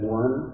one